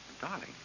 Darling